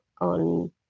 on